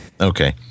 Okay